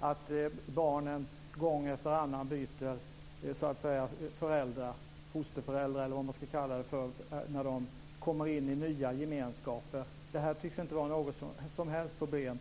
att barnen gång efter annan byter föräldrar - det blir en typ av fosterföräldrar - när de kommer in i nya gemenskaper. Detta tycks inte vara något som helst problem.